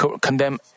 condemn